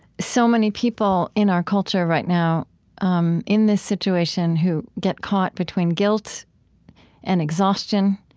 so many people in our culture right now um in this situation who get caught between guilt and exhaustion,